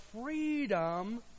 freedom